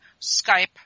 Skype